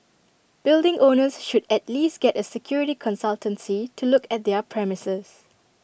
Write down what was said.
building owners should at least get A security consultancy to look at their premises